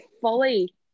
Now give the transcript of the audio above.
fully